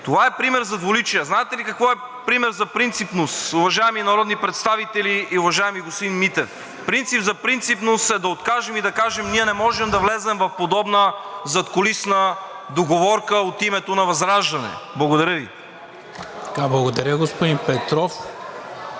Това е пример за двуличие! Знаете ли какво е пример за принципност, уважаеми народни представители и уважаеми господин Митев? Пример за принципност е да откажем и да кажем: Ние не можем да влезем в подобна задкулисна договорка от името на ВЪЗРАЖДАНЕ. Благодаря Ви. ПРЕДСЕДАТЕЛ НИКОЛА